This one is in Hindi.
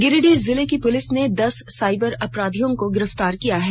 गिरिडीह जिले की पुलिस ने दस साइबर अपराधियों को गिरफ्तार किया है